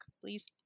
Please